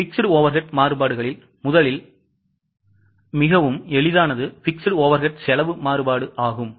Fixed overhead மாறுபாடுகளில் முதலில் மீண்டும் மிகவும் எளிதானது Fixed overhead செலவு மாறுபாடு ஆகும்